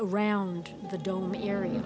around the dome area